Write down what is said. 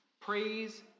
Praise